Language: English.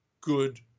good